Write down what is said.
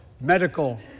medical